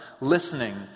listening